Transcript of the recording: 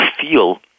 feel